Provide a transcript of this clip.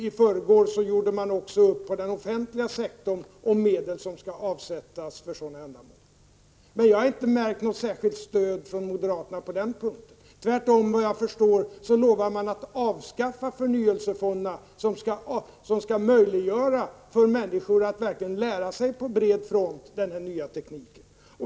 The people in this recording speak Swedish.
I förrgår gjorde man också upp på den offentliga sektorn om medel som skall satsas för sådana ändamål. Jag har inte märkt något särskilt stöd från moderaterna på den punkten. Tvärtom lovar de, såvitt jag förstår, att avskaffa förnyelsefonderna, som skall möjliggöra för människor att på bred front lära sig denna nya teknik.